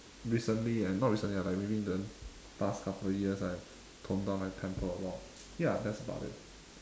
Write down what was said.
recently and not recently lah but maybe in the past couple years I have toned down my temper a lot ya that's about it